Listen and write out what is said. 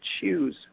choose